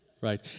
Right